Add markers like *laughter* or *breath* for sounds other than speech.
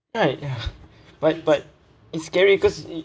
right ya *breath* but but it's scary cause